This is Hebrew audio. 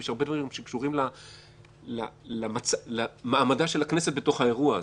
יש הרבה דברים שקשורים למעמדה של הכנסת בתוך האירוע הזה,